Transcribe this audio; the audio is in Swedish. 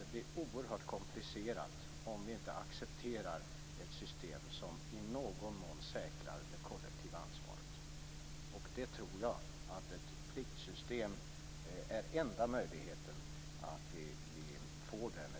Det blir oerhört komplicerat om vi inte accepterar ett system som i någon mån säkrar det kollektiva ansvaret. Jag tror att ett pliktsystem är den enda möjligheten att få den effekten.